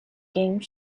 game